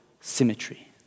symmetry